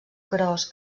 gros